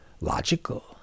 logical